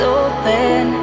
open